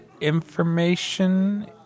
information